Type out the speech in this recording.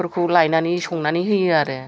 फोरखौ लायनानै संनानै होयो आरो